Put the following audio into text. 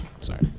sorry